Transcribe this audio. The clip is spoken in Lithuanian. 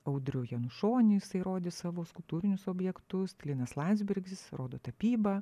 audrių janušonį jisai rodys savo skulptūrinius objektus linas landsbergis rodo tapybą